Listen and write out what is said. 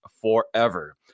forever